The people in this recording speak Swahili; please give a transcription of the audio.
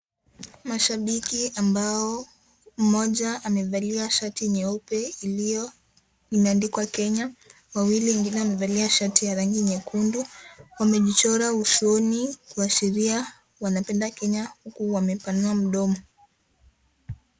Mashabiki ambao mmoja amevalia shati nyeupe Iliyo imeandikwa Kenya. Wawili wengine wamevalia shati ya rangi nyekundu. Wamejichora usoni Kuashiria kuwa wanapenda Kenya huku wamepanua mdomo.